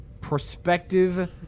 prospective